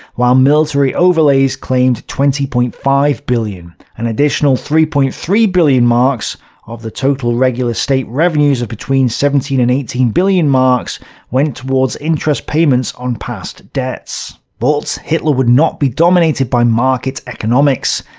while military outlays claimed twenty point five billion. an additional three point three billion marks of the total regular state revenues of between seventeen and eighteen billion marks went toward interest payments on past debts. but hitler would not be dominated by market economics.